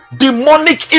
demonic